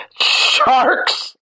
Sharks